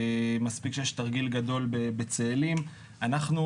מספיק שיש תרגיל גדול בצאלים, זה משתנה.